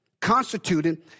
constituted